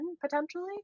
potentially